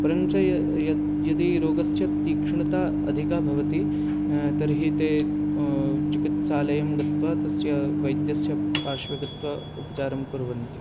परञ्च यदि रोगस्य तीक्ष्णता अधिका भवति तर्हि ते चिकित्सालयं गत्वा तस्य वैद्यस्य पार्श्वे गत्वा उपचारं कुर्वन्ति